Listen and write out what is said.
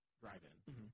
Drive-In